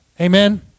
Amen